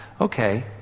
okay